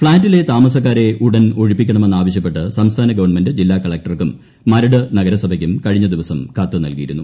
ഫ്ളാറ്റിലെ താമസക്കാരെ ഉടൻ ഒഴിപ്പിക്കണമെന്ന് ആവശ്യപ്പെട്ട് സംസ്ഥാന ഗവൺമെന്റ് ജില്ലാ കളകൂർക്കും മരട് നഗരസഭയ്ക്കും കഴിഞ്ഞ ദിവസം കത്ത് നൽകിയിരുന്നു